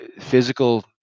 physical